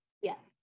Yes